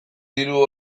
diru